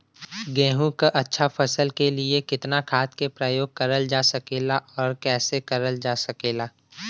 गेहूँक अच्छा फसल क लिए कितना खाद के प्रयोग करल जा सकेला और कैसे करल जा सकेला?